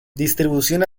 distribución